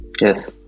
Yes